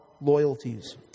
loyalties